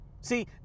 See